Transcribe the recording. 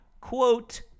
Quote